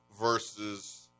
versus